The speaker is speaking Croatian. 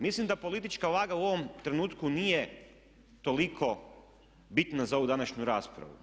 Mislim da politička vaga u ovom trenutku nije toliko bitna za ovu današnju raspravu.